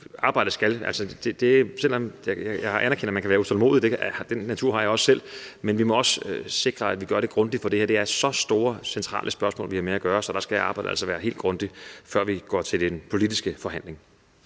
med socialt udsattes tandproblemer. Jeg anerkender, at man kan være utålmodig – sådan er jeg også selv af natur – men vi må også sikre, at vi gør det grundigt, for det er så store centrale spørgsmål, vi har med at gøre her, så der skal arbejdet altså gøres meget grundigt, før vi går til den politiske forhandling.